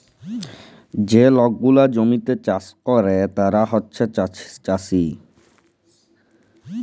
যে লক গুলা জমিতে চাষ ক্যরে তারা হছে চাষী